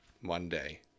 Monday